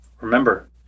Remember